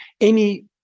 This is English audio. Amy